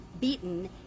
beaten